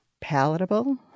palatable